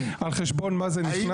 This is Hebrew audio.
על חשבון מה זה נכנס?